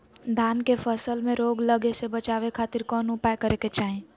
धान के फसल में रोग लगे से बचावे खातिर कौन उपाय करे के चाही?